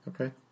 Okay